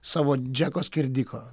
savo džeko skerdiko